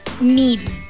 need